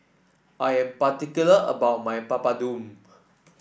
I am particular about my Papadum